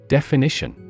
Definition